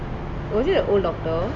was it a old doctor